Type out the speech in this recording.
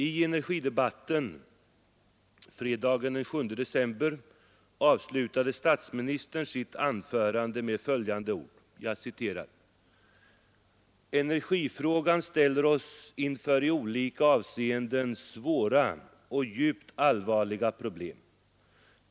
I energidebatten fredagen den 7 december avslutade statsministern sitt interpellationssvar med följande ord: ”Energifrågan ställer oss inför i olika avseenden svåra och djupt allvarliga problem.